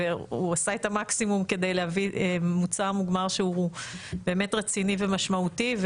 והוא עשה את המקסימום כדי להביא מוצר מוגמר שהוא באמת רציני ומשמעותי,